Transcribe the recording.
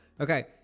okay